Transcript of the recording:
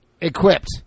equipped